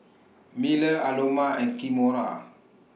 Miller Aloma and Kimora